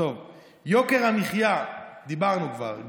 יוקר המחיה, דיברנו כבר.